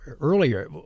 earlier